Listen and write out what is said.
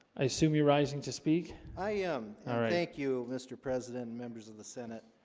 i assume you rising to speak. i am thank you mr. president members of the senate